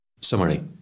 Summary